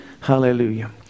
Hallelujah